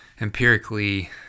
empirically